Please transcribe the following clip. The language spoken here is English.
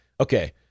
Okay